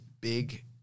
big